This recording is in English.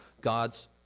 God's